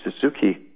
Suzuki